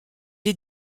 est